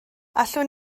allwn